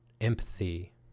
empathy